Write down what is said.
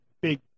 big